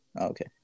Okay